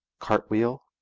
cartwheel,